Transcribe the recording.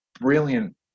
brilliant